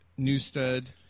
Newstead